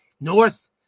North